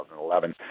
2011